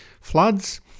floods